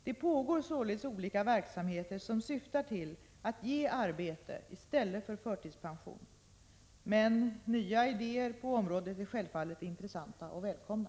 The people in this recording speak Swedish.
Det pågår således olika verksamheter som syftar till att ge arbete i stället för förtidspension. Men nya goda idéer på området är självfallet intressanta och välkomna.